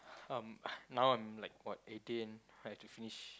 um now I'm like what eighteen I have to finish